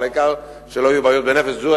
אבל העיקר שלא יהיו פגיעות בנפש.